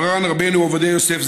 מרן רבנו עובדיה יוסף,